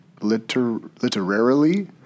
literarily